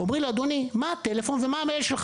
שואלים אותו מה הטלפון שלו ומה המייל,